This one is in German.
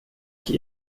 ich